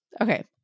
okay